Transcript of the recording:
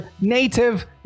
native